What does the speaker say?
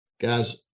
guys